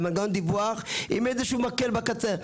אלא מנגנון דיווח עם איזשהו מקל בקצה.